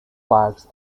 parks